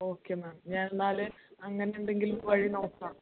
okay ma'am ഞാൻ എന്നാൽ അങ്ങനെ എന്തെങ്കിലും വഴി നോക്കാം